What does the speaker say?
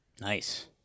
Nice